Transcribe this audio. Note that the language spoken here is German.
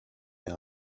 mehr